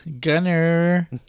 Gunner